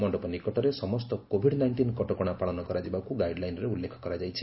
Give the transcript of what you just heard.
ମଣ୍ଡପ ନିକଟରେ ସମସ୍ତ କୋଭିଡ ନାଇକ୍ଷିନ୍ କଟକଣା ପାଳନ କରାଯିବାକୁ ଗାଇଡ୍ଲାଇନ୍ରେ ଉଲ୍ଲେଖ କରାଯାଇଛି